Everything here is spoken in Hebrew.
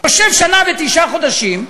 יושב שנה ותשעה חודשים,